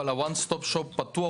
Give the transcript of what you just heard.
אבל ה-ONE STOP SHOP פתוח,